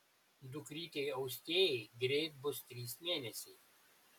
dukrytei austėjai greit bus trys mėnesiai